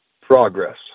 progress